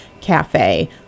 cafe